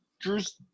Drew's